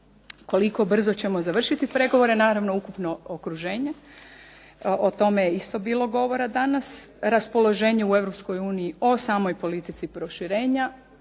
koliko brzo ćemo završiti pregovore, naravno ukupno okruženje, o tome je isto bilo govora danas, raspoloženje u Europskoj uniji o samoj politici proširenja,